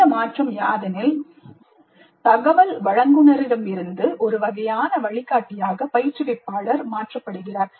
இந்த மாற்றம் யாதெனில் தகவல் வழங்குநரிடமிருந்து ஒரு வகையான வழிகாட்டியாக பயிற்றுவிப்பாளர் மாற்றப்படுகிறார்